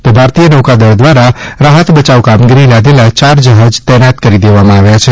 તો ભારતીય નૌકાદળ દ્વારા રાહત બચાવ સામગ્રી લાદેલા ચાર જહાજ તૈનાત કરી દેવામાં આવ્યા છે